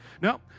No